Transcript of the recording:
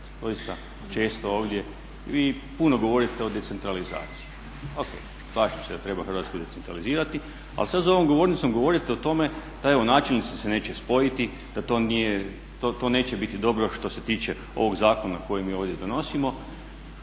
doista često ovdje. Vi puno govorite o decentralizaciji. O.k. slažem se da treba Hrvatsku decentralizirati, ali sad za ovom govornicom govorite o tome da evo načelnici se neće spojiti, da to neće biti dobro što se tiče ovog zakona koji mi ovdje donosimo.